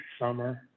summer